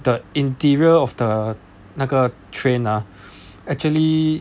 the interior of the 那个 train !huh! actually